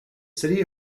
city